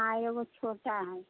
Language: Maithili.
आओर एगो छोटा हइ